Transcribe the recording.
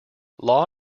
law